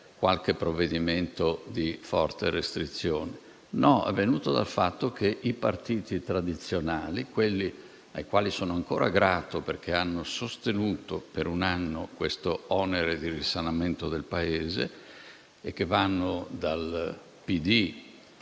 qualche provvedimento di forte restrizione. No, è venuto dal fatto che i partiti tradizionali, quelli ai quali sono ancora grato perché hanno sostenuto per un anno l'onere di risanamento del Paese - e vanno dal